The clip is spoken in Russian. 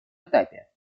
этапе